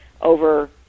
over